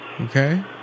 Okay